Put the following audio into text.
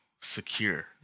secure